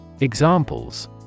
Examples